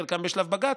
חלקם בשלב בג"ץ,